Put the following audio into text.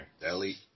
Deli